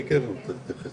אני כן רוצה להתייחס לזה.